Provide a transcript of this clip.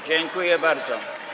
Dziękuję bardzo.